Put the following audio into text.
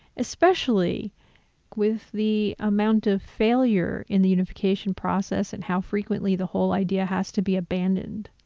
especially with the amount of failure in the unification process and how frequently the whole idea has to be abandoned.